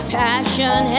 passion